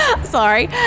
Sorry